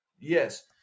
Yes